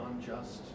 unjust